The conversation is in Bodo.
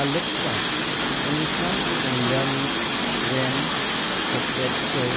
एलेक्सा ओंखाम संग्रानि वेम सकेटखौ